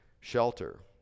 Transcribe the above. shelter